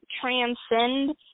transcend